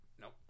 nope